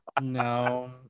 No